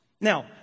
Now